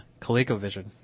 ColecoVision